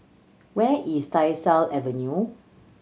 where is Tyersall Avenue